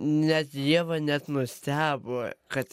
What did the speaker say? net ieva net nustebo kad